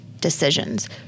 decisions